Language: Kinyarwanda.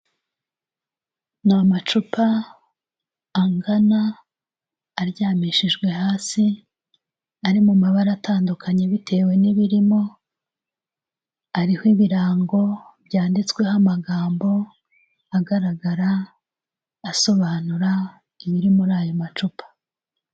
Ni amacupa angana aryamishijwe hasi ari mu mabara atandukanye bitewe n'ibirimo, ariho ibirango byanditsweho amagambo agaragara asobanura ibiri muri ayo macupa.